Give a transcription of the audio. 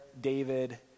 David